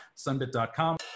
sunbit.com